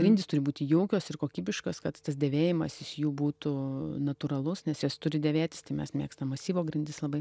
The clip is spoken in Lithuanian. grindys turi būti jaukios ir kokybiškos kad tas dėvėjimasis jų būtų natūralus nes jos turi dėvėtis tai mes mėgstam masyvo grindis labai